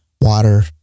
water